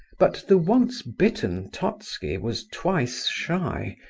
but the once bitten totski was twice shy,